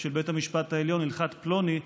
של בית המשפט העליון, הלכת פלוני,